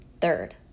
Third